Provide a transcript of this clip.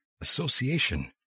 Association